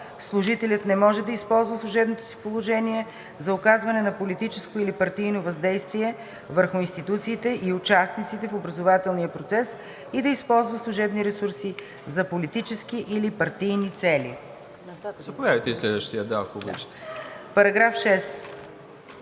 Служителят не може да използва служебното си положение за оказване на политическо или партийно въздействие върху институциите и участниците в образователния процес и да използва служебни ресурси за политически или партийни цели.“ По § 6 има предложение на народния